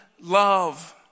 love